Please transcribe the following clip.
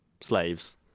slaves